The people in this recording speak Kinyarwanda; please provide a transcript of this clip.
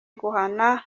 guhana